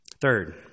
Third